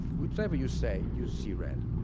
whichever you say, you see red.